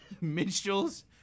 minstrels